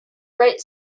great